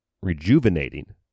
rejuvenating